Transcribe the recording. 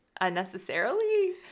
unnecessarily